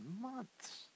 months